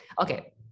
okay